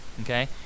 okay